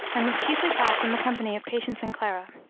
and was chiefly passed in the company of patience and clara.